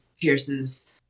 Pierce's